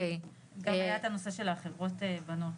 היה גם את הנושא של החברות בנות.